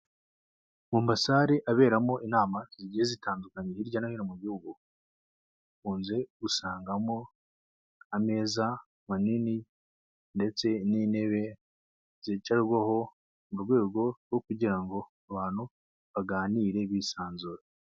Mu masare aberamo inama zigiye zitandukanye hirya no hino mu gihugu dukunze gusangamo ameza manini ndetse n'intebe zicarwaho mu rwego rwo kugira ngo abantu baganire bisanzuye.